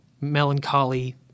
melancholy